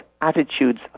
attitudes